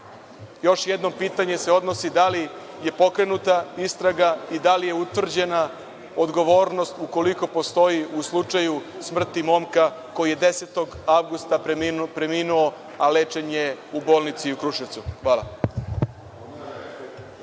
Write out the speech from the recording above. još jednom pitanje se odnosi na to da li je pokrenuta istraga i da li je utvrđena odgovornost ukoliko postoji u slučaju smrti momka koji je 10. avgusta preminuo, a lečen je u bolnici u Kruševcu? Hvala.